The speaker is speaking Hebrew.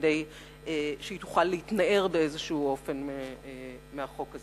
עד שתצליח להתנער באיזשהו אופן מהחוק.